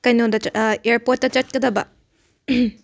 ꯀꯦꯅꯣꯗ ꯆꯠ ꯑꯦꯔꯄꯣꯠꯇ ꯆꯠꯀꯗꯕ